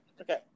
Okay